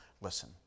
Listen